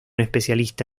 especialista